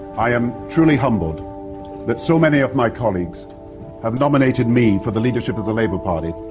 i am truly humbled that so many of my colleagues have nominated me for the leadership of the labour party.